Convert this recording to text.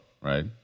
right